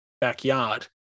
backyard